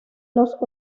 los